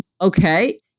okay